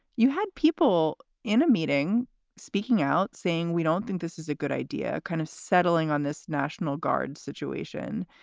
you had people in a meeting speaking out saying we don't think this is a good idea, kind of settling on this national guard situation